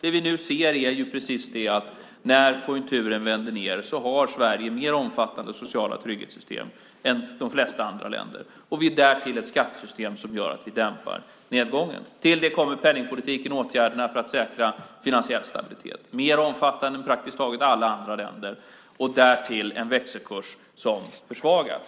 När konjunkturen vänder ned ser vi att Sverige har mer omfattande sociala trygghetssystem än de flesta andra länder. Därtill har vi ett skattesystem som gör att vi dämpar nedgången. Till det kommer penningpolitiken och åtgärderna för att säkra finansiell stabilitet - mer omfattande än i praktiskt taget alla andra länder. Därtill har vi en växelkurs som försvagas.